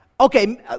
okay